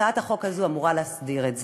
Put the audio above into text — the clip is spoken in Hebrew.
והצעת החוק אמורה להסדיר את זה.